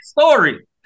story